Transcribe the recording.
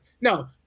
No